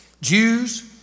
Jews